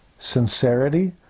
sincerity